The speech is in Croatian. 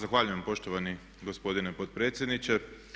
Zahvaljujem poštovani gospodine potpredsjedniče.